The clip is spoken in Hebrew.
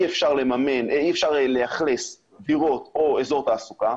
אי אפשר לאכלס דירות או אזור תעסוקה.